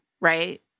right